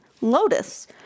Lotus